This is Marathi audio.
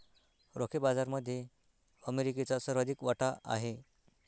रोखे बाजारामध्ये अमेरिकेचा सर्वाधिक वाटा आहे